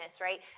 right